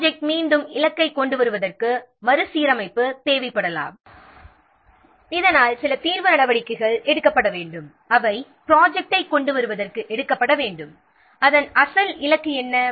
project மீண்டும் இலக்கைக் கொண்டுவருவதற்கு மறுசீரமைப்பு தேவைப்படலாம் இதனால் சில தீர்வு நடவடிக்கைகள் எடுக்கப்பட வேண்டும் அவை ப்ராஜெக்ட்டை கொண்டு வருவதற்கு எடுக்கப்பட வேண்டும் அதன் அசல் இலக்கு என்ன